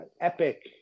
Epic